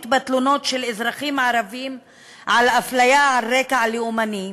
בתלונות של אזרחים ערבים על אפליה על רקע לאומני,